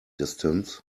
distance